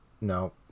no